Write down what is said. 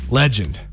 legend